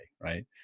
Right